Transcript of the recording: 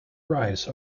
rise